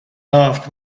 laughed